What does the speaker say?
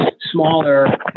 smaller